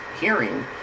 hearing